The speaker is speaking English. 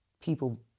people